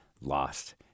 Lost